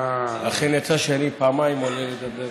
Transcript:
לכן יצא שאני פעמיים עולה לדבר.